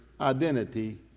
identity